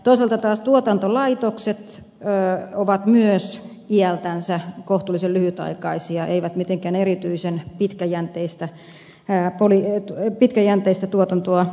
toisaalta taas tuotantolaitokset ovat myös iältänsä kohtuullisen lyhytaikaisia eivät mitenkään erityisen pitkäjänteistä tuotantoa takaa